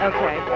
Okay